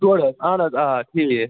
ڈۄڈ ہتھ اہن حظ آ ٹھیٖک